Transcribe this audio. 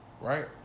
right